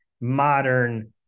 modern